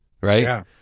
right